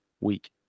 week